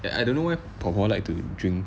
and I don't know why 婆婆 like to drink